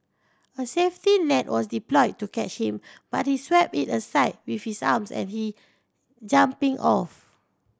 a safety net was deployed to catch him but he swept it aside with his arms and he jumping off